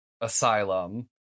asylum